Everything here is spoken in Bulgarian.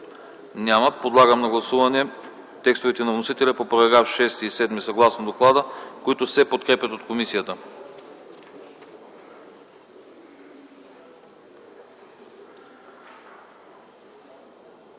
Няма. Подлагам на гласуване текстовете на вносителя за параграфи 6 и 7, съгласно доклада, които се подкрепят от комисията.